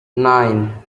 nine